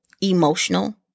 emotional